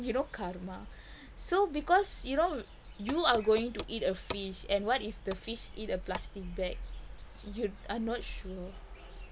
you know karma so because you know you are going to eat a fish and what if the fish eat a plastic bag you are not sure